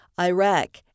Iraq